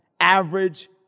average